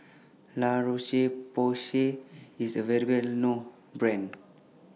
La Roche Porsay IS A Well known Brand